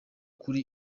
kuri